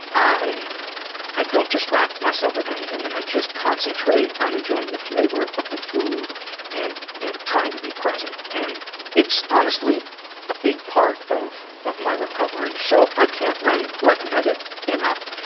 i i don't distract myself with anything and i just concentrate on enjoying the flavor of the food and and trying to be present. and it's honestly a big part of of my recovery. so, i can't recommend it enough.